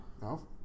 No